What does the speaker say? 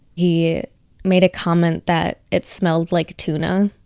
he made a comment that it smelled like tuna.